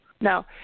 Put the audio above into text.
No